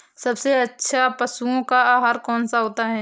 सबसे अच्छा पशुओं का आहार कौन सा होता है?